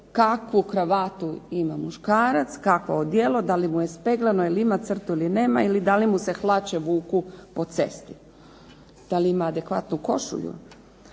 kakvu kravatu ima muškarac, kakvo odijelo, da li mu je speglano, je li ima crtu ili nema, ili da li mu se hlače vuku po cesti, da li ima adekvatnu košulju.